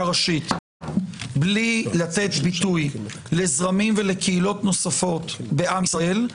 ראשית בלי לתת ביטוי לזרמים ולקהילות נוספות בעם ישראל,